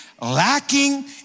lacking